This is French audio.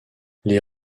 les